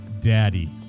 daddy